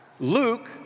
Luke